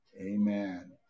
Amen